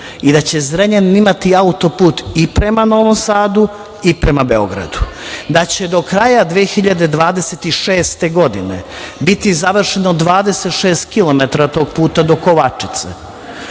i da će Zrenjanin imati auto put i prema Novom Sadu i prema Beogradu i da će do kraja 2026. godine, biti završeno 26 km tog puta do Kovačice.